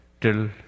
till